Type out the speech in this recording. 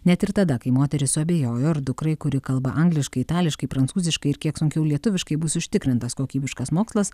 net ir tada kai moteris suabejojo ar dukrai kuri kalba angliškai itališkai prancūziškai ir kiek sunkiau lietuviškai bus užtikrintas kokybiškas mokslas